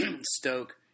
Stoke